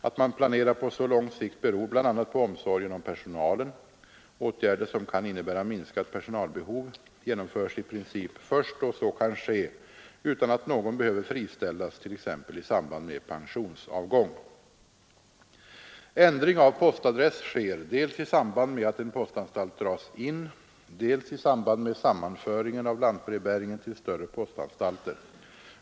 Att man planerar på så lång sikt beror bl.a. på omsorgen om personalen. Åtgärder som kan innebära minskat personalbehov genomförs i princip först då så kan ske utan att någon behöver friställas, t.ex. i samband med pensionsavgång. Ändring av postadress sker dels i samband med att en postanstalt dras in, dels i samband med sammanföringen av lantbrevbäringen till större postanstalter.